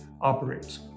operates